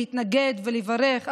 להתנגד ולברך,